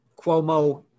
Cuomo